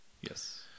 Yes